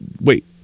wait